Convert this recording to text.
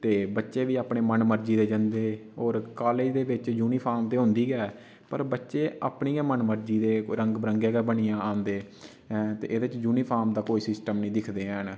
ते बच्चे बी अपने मन मरजी दे जंदे होर कॉलेज़ दे बिच यूनिफॉर्म ते होंदी गै पर बच्चे अपनी गै मन मरजी दे रंग बरंगे बनियै आंदे ऐं ते एह्दे च यूनिफॉर्म दा कोई सिस्टम नेईं दिक्खदे हैन